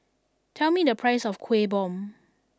tell me the price of Kueh Bom